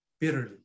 bitterly